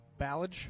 Ballage